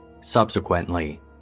Subsequently